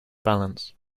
balance